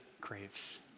craves